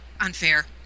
unfair